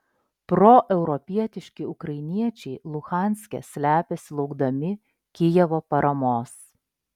proeuropietiški ukrainiečiai luhanske slepiasi laukdami kijevo paramos